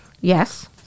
Yes